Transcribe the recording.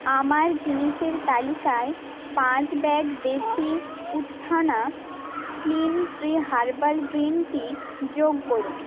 আমার জিনিসের তালিকায় পাঁচ bag Desi Utthana slim tree herbal green tea যোগ করুন